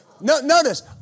Notice